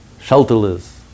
shelterless